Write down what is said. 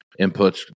inputs